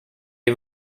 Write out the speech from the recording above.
est